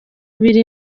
biri